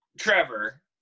Trevor